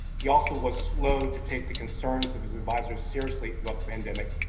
he also was slow to take the concerns of his advisors seriously about the pandemic.